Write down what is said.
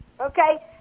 okay